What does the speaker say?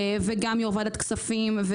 גם יו"ר ועדת הכספים,